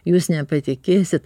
jūs nepatikėsit